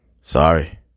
Sorry